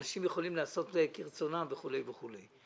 אנשים יכולים לעשות כרצונם וכולי וכולי.